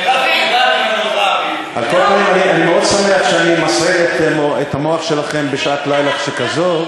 אני מאוד שמח שאני מסעיר את המוח שלכם בשעת לילה שכזאת,